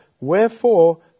Wherefore